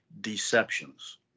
deceptions